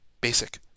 Basic